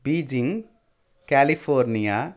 Beijing California